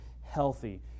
healthy